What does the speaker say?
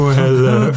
hello